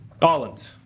Garland